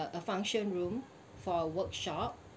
a function room for a workshop